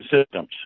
Systems